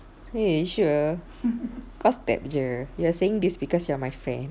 !hey! you sure kau step jer you are saying this because you are my friend